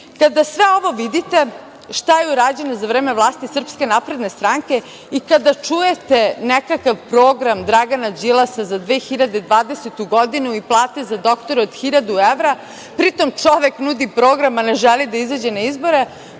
Kada sve ovo vidite, šta je urađeno za vreme vlasti SNS i kada čujete nekakav program Dragana Đilasa za 2020. godinu i plate za doktore od hiljadu evra, pri tom čovek nudi program a ne želi da izađe na izbore,